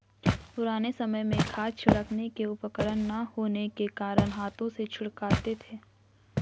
पुराने समय में खाद छिड़कने के उपकरण ना होने के कारण हाथों से छिड़कते थे